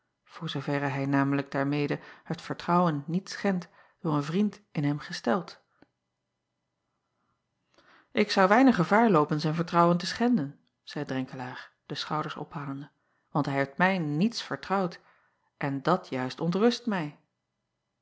voor zooverre hij namelijk daarmede het vertrouwen niet schendt door een vriend in hem gesteld k zou weinig gevaar loopen zijn vertrouwen te schenden zeî renkelaer de schouders ophalende want hij heeft mij niets vertrouwd en dat juist ontrust mij